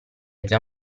già